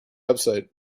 website